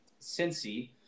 Cincy